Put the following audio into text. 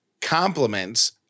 compliments